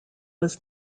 was